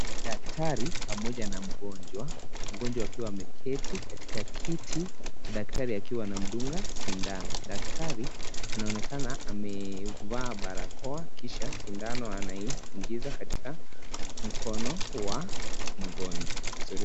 Daktari pamoja na mgonjwa, mgonjwa akiwa ameketi katika kiti na daktari akiwa anamdunga sindano, daktari anaonekana amevaa barakoa kisha sindano anaingiza katika mkono wa mgonjwa.